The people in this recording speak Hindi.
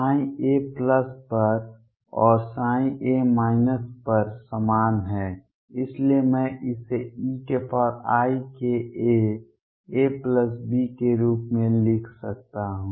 a पर और ψ a पर समान है इसलिए मैं इसे eikaAB के रूप में लिख सकता हूं